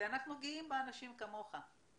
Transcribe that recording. אנחנו גאים באנשים כמוך.